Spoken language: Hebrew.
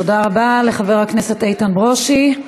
תודה רבה לחבר הכנסת איתן ברושי.